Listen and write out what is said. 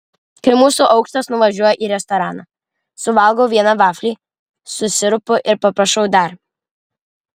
kai mūsų aukštas nuvažiuoja į restoraną suvalgau vieną vaflį su sirupu ir paprašau dar